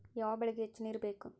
ಯಾವ ಬೆಳಿಗೆ ಹೆಚ್ಚು ನೇರು ಬೇಕು?